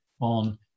on